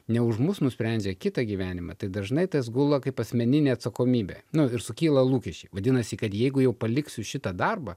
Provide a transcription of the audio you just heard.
ne už mus nusprendžia kitą gyvenimą tai dažnai tas gula kaip asmeninė atsakomybė nu ir sukyla lūkesčiai vadinasi kad jeigu jau paliksiu šitą darbą